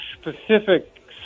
specific